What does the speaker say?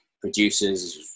producers